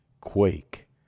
quake